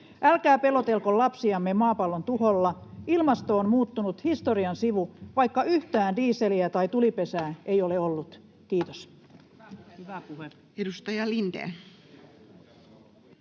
Älkää pelotelko lapsiamme maapallon tuholla. Ilmasto on muuttunut historian sivu, vaikka yhtään dieseliä tai tulipesää [Puhemies